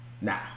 Nah